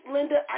Linda